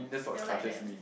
you'll like them